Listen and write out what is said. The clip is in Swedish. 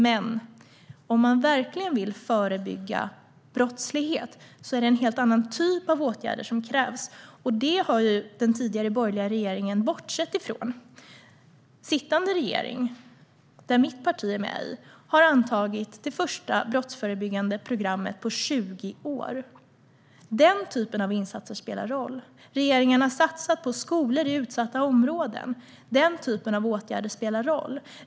Men om man verkligen vill förebygga brottslighet är det en helt annan typ av åtgärder som krävs, och det har den tidigare borgerliga regeringen bortsett från. Den sittande regeringen, som mitt parti ingår i, har antagit det första brottsförebyggande programmet på 20 år. Den typen av insatser spelar roll. Regeringen har satsat på skolor i utsatta områden. Den typen av åtgärder spelar roll.